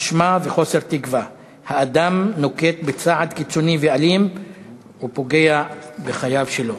אשמה וחוסר תקווה האדם נוקט צעד קיצוני ואלים ופוגע בחייו שלו.